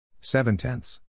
Seven-tenths